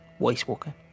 Wastewalker